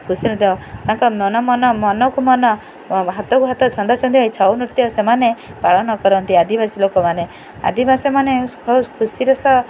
ଖୁସି ନୃତ୍ୟ ତାଙ୍କ ମନ ମନ ମନକୁ ମନ ହାତକୁ ହାତ ଛନ୍ଦାଛନ୍ଦି ହେଇ ଛଉ ନୃତ୍ୟ ସେମାନେ ପାଳନ କରନ୍ତି ଆଦିବାସୀ ଲୋକମାନେ ଆଦିବାସୀମାନେ ଖୁସିରେ ସହ